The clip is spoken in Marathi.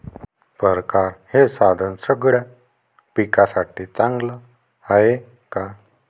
परकारं हे साधन सगळ्या पिकासाठी चांगलं हाये का?